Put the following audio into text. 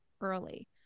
early